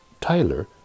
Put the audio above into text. Tyler